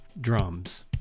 drums